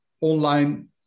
online